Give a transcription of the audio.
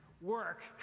work